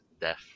death